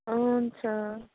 हुन्छ